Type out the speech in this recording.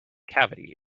cavity